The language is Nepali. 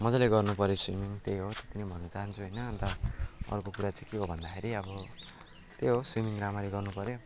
मजाले गर्नु पर्यो सुइमिङ त्यही हो त्यति नै भन्न चाहन्छु होइन अर्को कुरा चाहिँ के हो भन्दाखेरि चाहिँ अब त्यही हो सुइमिङ राम्ररी गर्नु पर्यो